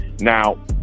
now